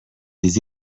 des